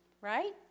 right